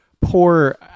poor